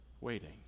Waiting